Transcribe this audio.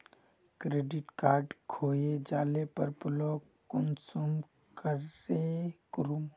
Credit card खोये जाले पर ब्लॉक कुंसम करे करूम?